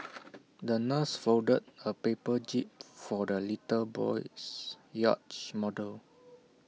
the nurse folded A paper jib for the little boy's yacht model